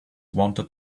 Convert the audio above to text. wanted